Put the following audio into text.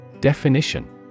Definition